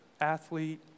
athlete